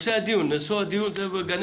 זה הממשלה, זה הממשלה.